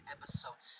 Episode